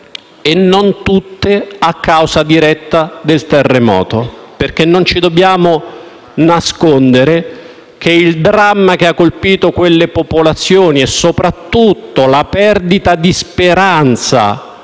non tutte a causa diretta del terremoto. Non ci dobbiamo nascondere che il dramma che ha colpito quelle popolazioni e, soprattutto, la perdita di speranza